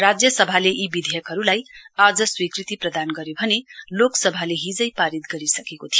राज्यसभाले यी विधेयकहरूलाई आज स्वीकृति प्रदान गर्यो भने लोकसभाले हिजै पारित गरिसकेको थियो